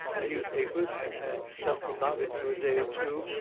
the newspapers had had stuff about it fur a day or two,